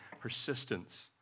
Persistence